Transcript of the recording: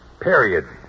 period